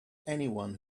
anyone